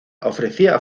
ofrecía